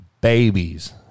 babies